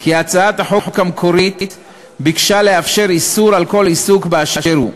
כי הצעת החוק המקורית ביקשה לאפשר איסור על כל עיסוק באשר הוא,